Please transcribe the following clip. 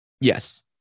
Yes